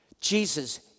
Jesus